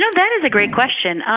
that is a great question.